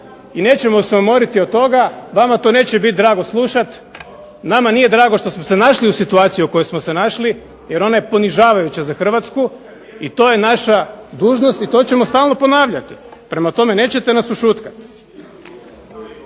i nećemo se umoriti od toga. Vama to neće biti drago slušati, nama nije drago što smo se našli u situaciji u kojoj smo se našli jer ona je ponižavajuća za Hrvatsku i to je naša dužnost i to ćemo stalno ponavljati. Prema tome nećete nas ušutkat.